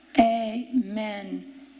Amen